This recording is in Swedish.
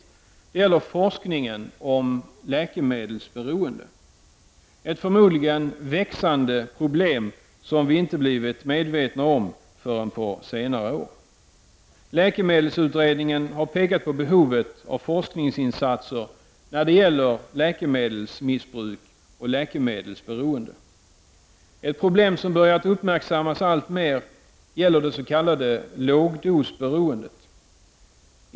Den gäller forskningen om läkemedelsberoende — ett förmodligen växande problem, som vi inte blivit medvetna om förrän på senare år. Läkemedelsutredningen har pekat på behovet av forskningsinsatser kring läkemedelsmissbruk och läkemedelsberoende. Ett problem som börjat uppmärksammas alltmer gäller det s.k. lågdosberoendet.